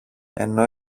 ενώ